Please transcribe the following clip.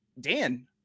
Dan